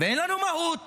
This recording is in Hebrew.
ואין לנו מהות,